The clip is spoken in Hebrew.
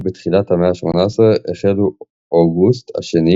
רק בתחילת המאה ה-18 החלו אוגוסט השני